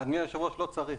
אדוני היושב ראש, לא צריך.